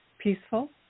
peaceful